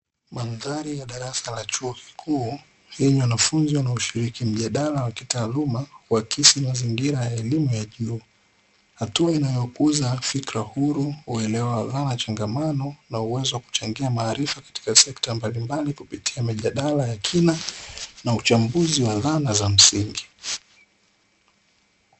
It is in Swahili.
Mandhaari ya darasa la chuo, kikuu lenye wanafunzi wanaoshiriki mjadala wa kitaaluma kuhakikisha mazingira ya elimu ya juu hatua inayokuza fikra huru, uelewa wala changamano na uwezo wa kuchangia maarifa katika sekta mbalimbali kupitia mijadala ya kina, na uchambuzi wa dhana za msingi.